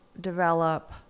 develop